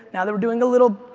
now that we're doing a little,